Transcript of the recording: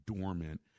dormant